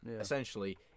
essentially